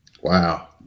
Wow